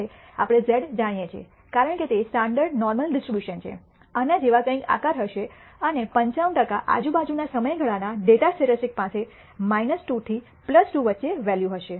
હવે આપણે z જાણીએ છીએ કારણ કે તે સ્ટાન્ડર્ડ નોર્મલ ડિસ્ટ્રીબ્યુશન છે આના જેવા કંઈક આકાર હશે અને 95 આજુબાજુ ના સમયગાળાના ડેટા સ્ટેટિસ્ટિક્સ પાસે 2 થી 2 વચ્ચે વૅલ્યુ હશે